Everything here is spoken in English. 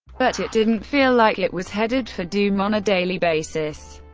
but it didn't feel like it was headed for doom on a daily basis.